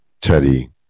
Teddy